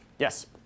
Yes